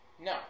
No